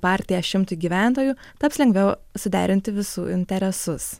partiją šimtui gyventojų taps lengviau suderinti visų interesus